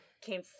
came